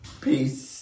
Peace